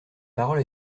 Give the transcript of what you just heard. parole